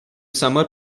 summer